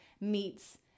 meets